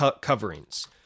coverings